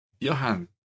Johan